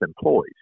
employees